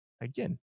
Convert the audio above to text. again